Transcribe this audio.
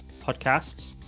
podcasts